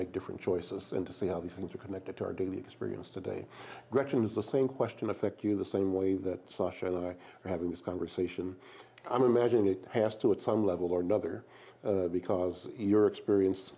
make different choices and to see how these things are connected to our daily experience today gretchen is the same question affect you the same way that saussure that i having this conversation i'm imagining it has to at some level or another because you're experienced